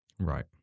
Right